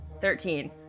Thirteen